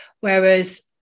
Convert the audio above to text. whereas